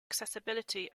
accessibility